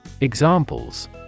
Examples